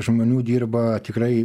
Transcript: žmonių dirba tikrai